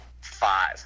five